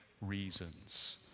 reasons